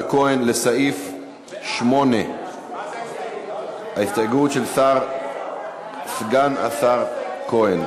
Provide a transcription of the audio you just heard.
כהן לסעיף 8. ההסתייגות של סגן השר כהן.